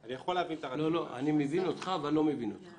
אני מבין אותך ולא מבין אותך.